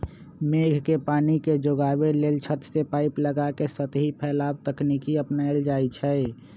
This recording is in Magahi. मेघ के पानी के जोगाबे लेल छत से पाइप लगा के सतही फैलाव तकनीकी अपनायल जाई छै